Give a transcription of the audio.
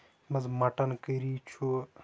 یَتھ منٛز مَٹر کٔری چھُ